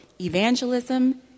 evangelism